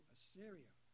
Assyria